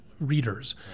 readers